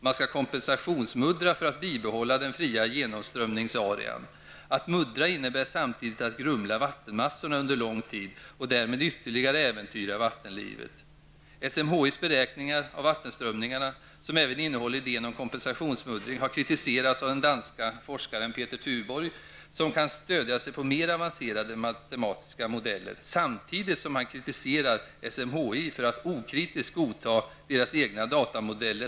Man skall kompensationsmuddra för att bibehålla den fria genomströmningsarean. Att muddra innebär samtidigt att grumla vattenmassorna under lång tid och därmed ytterligare äventyra vattenlivet. SMHIs beräkningar av vattenströmningarna, som även innehåller idén om kompensationsmuddring, har kritiserats av den danska forskaren Peter Tuborg som kan stödja sig på mer avancerade matematiska modeller, samtidigt som han kritiserar SMHI för att okritiskt godta sina egna datamodeller.